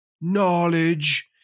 knowledge